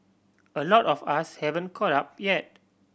a lot of us haven't caught up yet